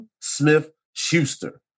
Smith-Schuster